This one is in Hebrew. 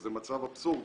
שזה מצב אבסורדי.